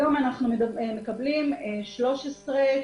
היום אנחנו מקבלים 13,942,